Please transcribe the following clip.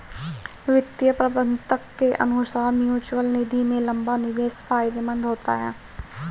वित्तीय प्रबंधक के अनुसार म्यूचअल निधि में लंबा निवेश फायदेमंद होता है